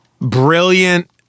brilliant